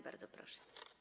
Bardzo proszę.